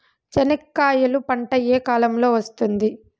చెనక్కాయలు పంట ఏ కాలము లో వస్తుంది